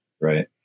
Right